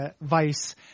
Vice